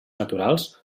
naturals